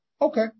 Okay